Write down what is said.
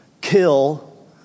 Kill